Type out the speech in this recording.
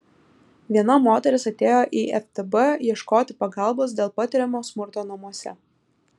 viena moteris atėjo į ftb ieškoti pagalbos dėl patiriamo smurto namuose